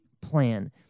plan